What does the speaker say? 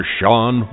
Sean